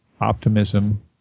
optimism